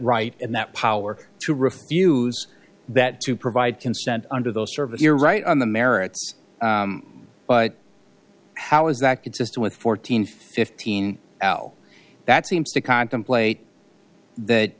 right and that power to refuse that to provide consent under those service you're right on the merits but how is that consistent with fourteenth fifteen l that seems to contemplate that